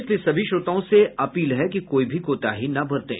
इसलिए सभी श्रोताओं से अपील है कि कोई भी कोताही न बरतें